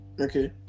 okay